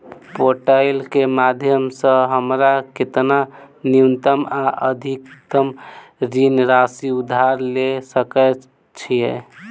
Portal केँ माध्यम सऽ हमरा केतना न्यूनतम आ अधिकतम ऋण राशि उधार ले सकै छीयै?